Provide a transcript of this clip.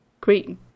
green